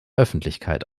öffentlichkeit